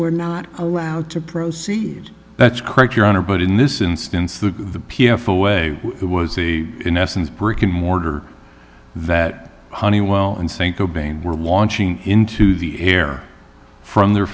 were not allowed to proceed that's correct your honor but in this instance the p f away it was in essence brick and mortar that honeywell and cinco bain were launching into the air from their